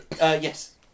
yes